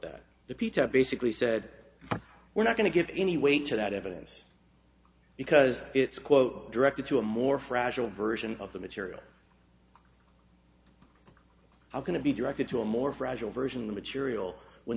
that the peter basically said we're not going to get any weight to that evidence because it's quote directed to a more fragile version of the material i'm going to be directed to a more fragile version of the material when